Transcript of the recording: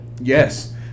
Yes